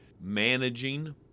managing